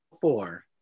four